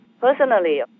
personally